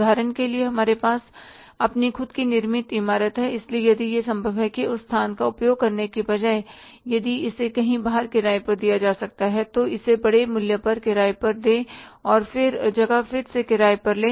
उदाहरण के लिए हमारे पास अपनी खुद की निर्मित इमारत है इसलिए यदि यह संभव है कि उस स्थान का उपयोग करने के बजाय यदि इसे कहीं बाहर किराए पर दिया जा सकता है तो इसे बड़े मूल्य पर किराए पर दे और जगह फिर से किराए पर ले